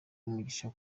umugisha